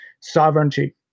sovereignty